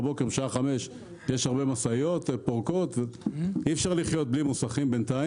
אי אפשר לחיות בלי מוסכים,